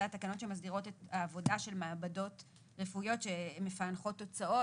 זה התקנות שמסדירות את העבודה של מעבדות רפואיות שמפענחות תוצאות,